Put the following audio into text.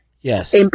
Yes